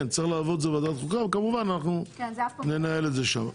צריך להעביר לוועדת החוקה כמובן ננהל את זה שם.